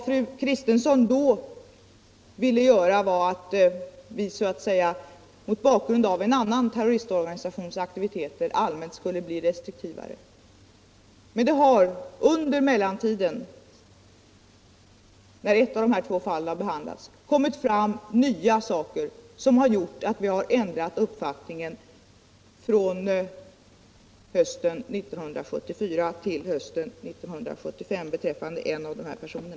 Fru Kristensson ville att vi mot bakgrund av en annan terroristorganisations aktiviteter helt allmänt skulle bli mera restriktiva, vilket jag motsatte mig. Men det har under mellantiden kommit fram nya saker som har gjort att vi har ändrat uppfattning från hösten 1974 till hösten 1975 beträffande en av dessa båda personer.